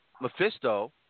Mephisto